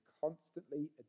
constantly